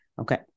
Okay